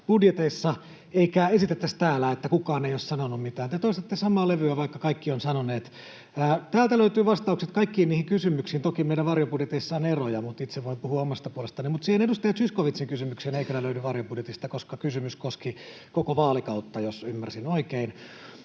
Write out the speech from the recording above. budjetissa, eikä esitettäisi täällä, että kukaan ei ole sanonut mitään. Te toistatte samaa levyä, vaikka kaikki ovat sanoneet. Täältä löytyvät vastaukset kaikkiin niihin kysymyksiin. Toki meidän varjobudjeteissa on eroja, mutta itse voin puhua omasta puolestani. Mutta siihen edustaja Zyskowiczin kysymykseen ei kyllä löydy vastausta varjobudjetista, koska kysymys koski koko vaalikautta, jos ymmärsin oikein,